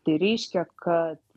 tai reiškia kad